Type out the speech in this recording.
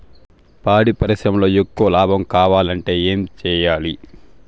పాడి పరిశ్రమలో ఎక్కువగా లాభం కావాలంటే ఏం చేయాలి?